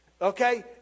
okay